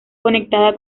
conectada